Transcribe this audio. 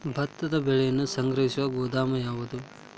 ಭತ್ತದ ಬೆಳೆಯನ್ನು ಸಂಗ್ರಹಿಸುವ ಗೋದಾಮು ಯಾವದು?